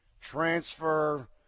transfer